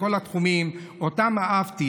בכל התחומים שאותם אהבתי,